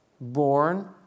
born